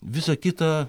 visa kita